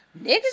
Niggas